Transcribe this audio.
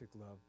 love